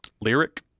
Lyric